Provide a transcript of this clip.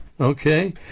Okay